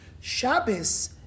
Shabbos